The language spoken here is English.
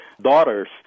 daughters